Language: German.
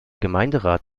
gemeinderat